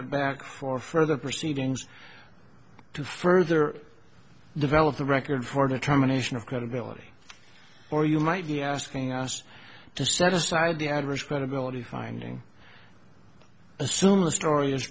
it back for further proceedings to further develop the record for determination of credibility or you might be asking us to set aside the adverse credibility finding assume the story is